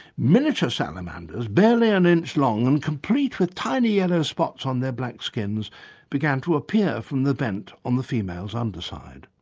miniature salamanders barely an inch long and complete with tiny yellow spots on their black skins began to appear from the vent on the female's underside.